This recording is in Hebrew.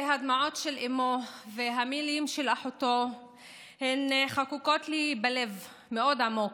הדמעות של אימו והמילים של אחותו חקוקות לי בלב מאוד עמוק.